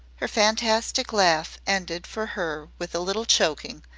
her fantastic laugh ended for her with a little choking,